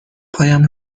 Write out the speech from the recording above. پایم